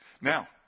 Now